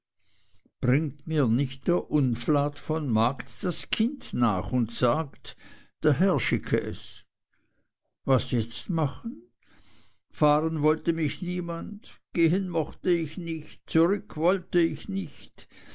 bringt mir nun nicht der unflat von magd das kind nach und sagt der herr schicke es was jetzt machen fahren wollte mich niemand gehen mochte ich nicht zurück wollte ich nicht